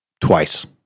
twice